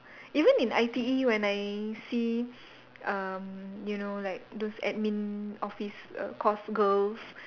even in I_T_E when I see um you know like those admin office err course girls